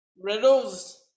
Riddles